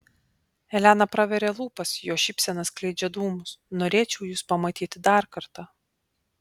elena praveria lūpas jos šypsena skleidžia dūmus norėčiau jus pamatyti dar kartą